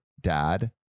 dad